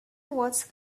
was